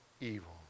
evil